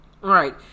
right